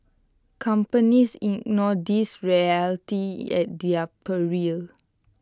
companies ignore these realities at their peril